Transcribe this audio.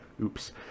Oops